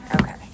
Okay